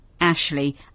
Ashley